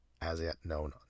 as-yet-known